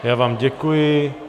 Já vám děkuji.